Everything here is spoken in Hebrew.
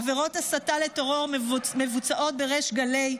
עבירות הסתה לטרור מבוצעות בריש גלי,